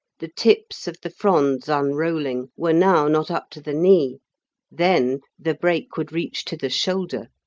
the tips of the fronds unrolling were now not up to the knee then the brake would reach to the shoulder.